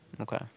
Okay